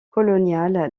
coloniale